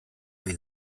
ohi